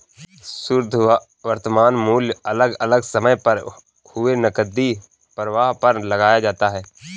शुध्द वर्तमान मूल्य अलग अलग समय पर हुए नकदी प्रवाह पर लगाया जाता है